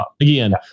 again